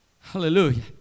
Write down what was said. Hallelujah